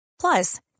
Plus